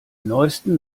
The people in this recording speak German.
neusten